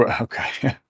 Okay